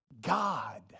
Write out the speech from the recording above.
God